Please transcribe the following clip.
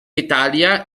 italia